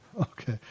Okay